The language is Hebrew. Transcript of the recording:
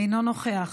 אינו נוכח.